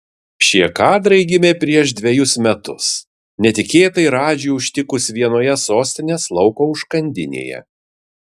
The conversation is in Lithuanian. šie kadrai gimė prieš dvejus metus netikėtai radžį užtikus vienoje sostinės lauko užkandinėje